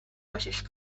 british